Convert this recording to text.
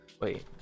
Wait